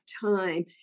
time